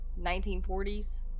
1940s